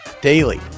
daily